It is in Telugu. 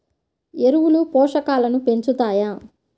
ఎరువులు పోషకాలను పెంచుతాయా?